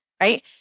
right